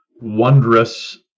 wondrous